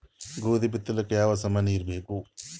ಗೋಧಿ ಬಿತ್ತಲಾಕ ಯಾವ ಸಾಮಾನಿರಬೇಕು?